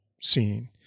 scene